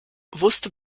wusste